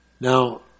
Now